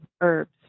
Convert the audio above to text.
herbs